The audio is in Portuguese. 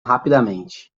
rapidamente